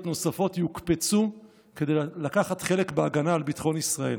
נוספות יוקפצו כדי לקחת חלק בהגנה על ביטחון ישראל.